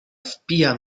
wpija